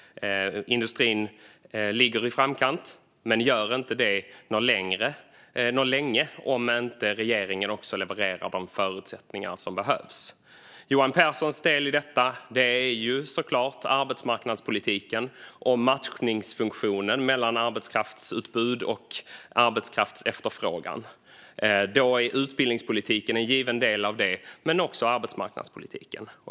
Industrin ligger i framkant men kan inte göra det länge om inte regeringen levererar de förutsättningar som behövs. Johan Pehrsons del i detta är såklart arbetsmarknadspolitiken och matchningsfunktionen mellan arbetskraftsutbud och arbetskraftsefterfrågan. Utbildningspolitiken är en given del av det, men också arbetsmarknadspolitiken.